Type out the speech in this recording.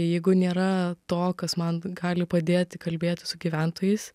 jeigu nėra to kas man gali padėti kalbėti su gyventojais